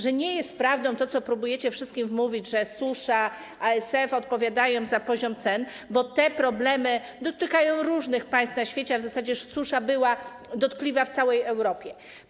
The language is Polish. Że nie jest prawdą to, co próbujecie wszystkim wmówić, że susza, ASF odpowiadają za poziom cen, bo te problemy dotykają różnych państw na świecie, a w zasadzie susza była dotkliwa w całej Europie.